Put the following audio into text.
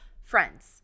Friends